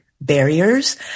barriers